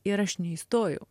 ir aš neįstojau